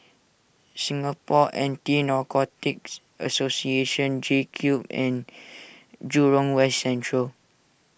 Singapore Anti Narcotics Association JCube and Jurong West Central